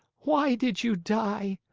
why did you die?